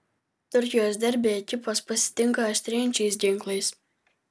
turkijos derbį ekipos pasitinka aštrėjančiais ginklais